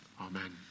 amen